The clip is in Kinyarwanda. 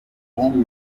n’inshuti